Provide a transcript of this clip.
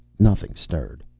nothing stirred.